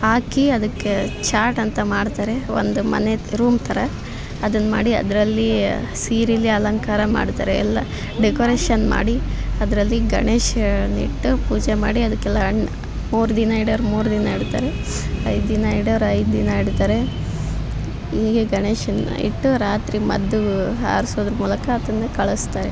ಹಾಕಿ ಅದಕ್ಕೆ ಚಾಟ್ ಅಂತ ಮಾಡ್ತಾರೆ ಒಂದು ಮನೆ ರೂಮ್ ಥರ ಅದನ್ನ ಮಾಡಿ ಅದರಲ್ಲಿ ಸೀರೇಲಿ ಅಲಂಕಾರ ಮಾಡ್ತಾರೆ ಎಲ್ಲ ಡೆಕೋರೇಷನ್ ಮಾಡಿ ಅದರಲ್ಲಿ ಗಣೇಶನ್ನ ಇಟ್ಟು ಪೂಜೆ ಮಾಡಿ ಅದ್ಕೆ ಎಲ್ಲ ಹಣ್ ಮೂರು ದಿನ ಇಡೋರು ಮೂರು ದಿನ ಇಡ್ತಾರೆ ಐದು ದಿನ ಇಡೋರು ಐದು ದಿನ ಇಡ್ತಾರೆ ಹೀಗೆ ಗಣೇಶನನ್ನ ಇಟ್ಟು ರಾತ್ರಿ ಮದ್ದು ಹಾರ್ಸೋದ್ರ ಮೂಲಕ ಆತನನ್ನ ಕಳಿಸ್ತಾರೆ